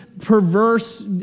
perverse